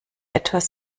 etwas